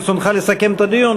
ברצונך לסכם את הדיון?